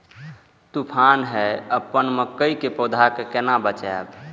तुफान है अपन मकई के पौधा के केना बचायब?